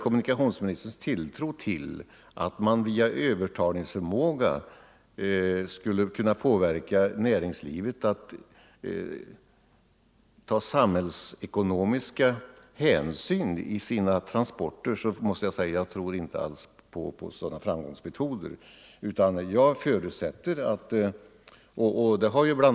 Kommunikationsministerns tilltro till att man genom övertalning skulle kunna påverka näringslivet att ta samhällsekonomiska hänsyn när det gäller transporterna kan jag inte dela.